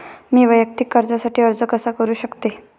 मी वैयक्तिक कर्जासाठी अर्ज कसा करु शकते?